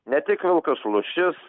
ne tik vilkus lūšis